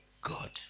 God